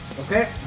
Okay